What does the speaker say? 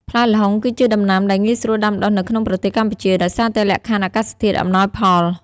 ផ្លែល្ហុងគឺជាដំណាំដែលងាយស្រួលដាំដុះនៅក្នុងប្រទេសកម្ពុជា ដោយសារតែលក្ខខណ្ឌអាកាសធាតុអំណោយផល។